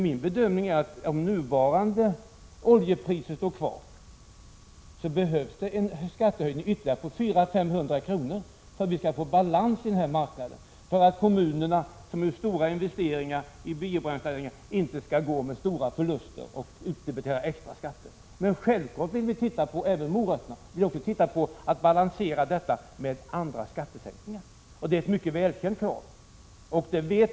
Min bedömning är att det med nuvarande oljepriser kommer att behövas en ytterligare skattehöjning på 400-500 kr. för att vi skall få balans på marknaden och för att kommunerna, som gjort stora investeringar i biobränsleanläggningar, inte skall drabbas av stora förluster och tvingas utdebitera extra skatt. Men självfallet vill vi även se på de ”morötter” som kan finnas i sammanhanget, t.ex. på möjligheterna att balansera en höjning av oljeskatten med skattesänkningar på andra områden. Det är ett mycket välkänt krav.